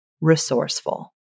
resourceful